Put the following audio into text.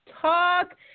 talk